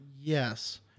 yes